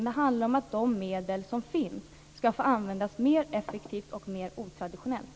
Det handlar om att de medel som finns skall användas mer effektivt och mer otraditionellt.